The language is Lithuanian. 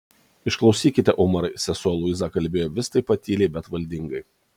išklausykite umarai sesuo luiza kalbėjo vis taip pat tyliai bet valdingai